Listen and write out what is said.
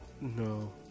No